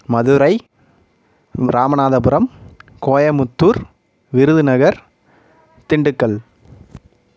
Madurai Ramanathapuram Coimbatore Virudhunagar Dindigul